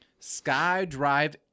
SkyDrive